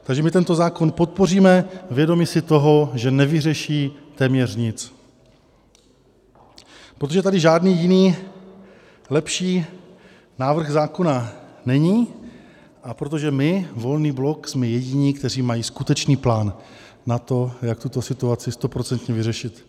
Takže my tento zákon podpoříme vědomi si toho, že nevyřeší téměř nic, protože tady žádný jiný lepší návrh zákona není a protože my, Volný blok, jsme jediní, kteří mají skutečný plán na to, jak tuto situaci stoprocentně vyřešit.